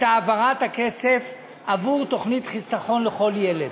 העברת הכסף עבור תוכנית חיסכון לכל ילד.